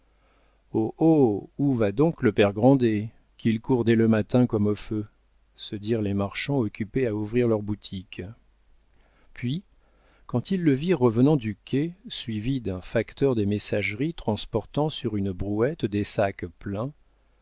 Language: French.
où va donc le père grandet qu'il court dès le matin comme au feu se dirent les marchands occupés à ouvrir leurs boutiques puis quand ils le virent revenant du quai suivi d'un facteur des messageries transportant sur une brouette des sacs pleins